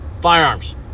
firearms